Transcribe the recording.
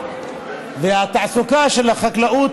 והתעסוקה בחקלאות,